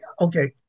okay